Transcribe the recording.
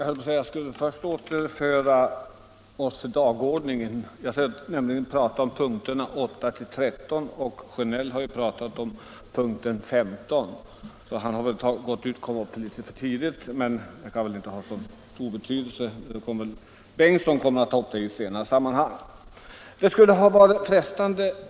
Herr talman! Jag vill först att vi återgår till dagordningen. Vi behandlar nämligen nu punkterna 8-13 — men herr Sjönell har redan talat om punkten 15. Han har alltså varit ute litet för tidigt, men det kan väl inte ha särskilt stor betydelse, eftersom herr Bengtsson i Landskrona senare kommer att ta upp den punkten.